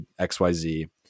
xyz